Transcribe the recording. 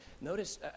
Notice